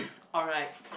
alright